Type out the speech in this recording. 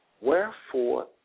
wherefore